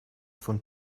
von